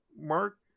Mark